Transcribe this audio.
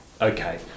Okay